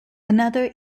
another